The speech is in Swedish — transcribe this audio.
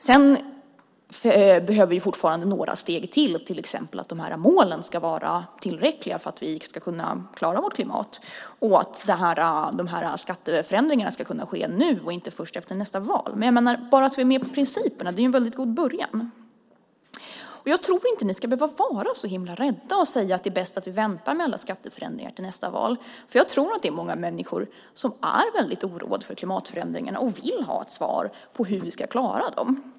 Sedan behöver vi fortfarande några steg till, till exempel att målen ska vara tillräckliga för att vi ska kunna klara vårt klimat och att de här skatteförändringarna ska kunna ske nu och inte först efter nästa val. Men jag menar: Bara att vi är med på principerna är en väldigt god början. Jag tror inte att ni ska behöva vara så himla rädda och säga att det är bäst att vi väntar med alla skatteförändringar till nästa val, för jag tror att det är många människor som är väldigt oroade för klimatförändringarna och vill ha svar på hur vi ska klara dem.